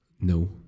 No